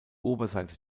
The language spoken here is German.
oberseite